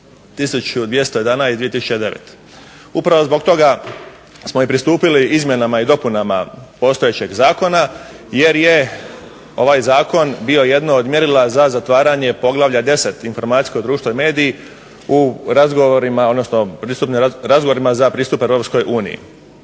Upravo zbog toga smo i pristupili izmjenama i dopunama postojećeg zakona jer je ovaj Zakon bio jedno od mjerila za zatvaranje poglavlja 10. – Informacijsko društvo i mediji u razgovorima, odnosno razgovorima za pristup Europskoj uniji.